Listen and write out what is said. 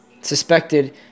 suspected